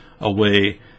away